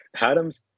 Adams